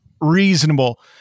reasonable